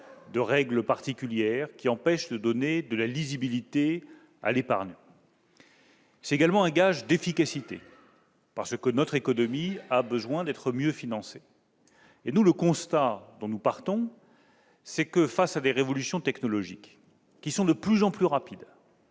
et règles particulières, qui empêchent de donner de la lisibilité à l'épargne. C'est également un gage d'efficacité, parce que notre économie a besoin d'être mieux financée. Face à des révolutions technologiques qui sont de plus en plus rapides,